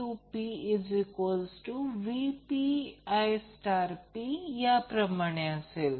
त्यामुळे 3 P p j Q p 3 P p jQ p हे असेल